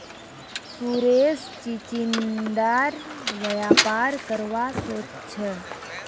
सुरेश चिचिण्डार व्यापार करवा सोच छ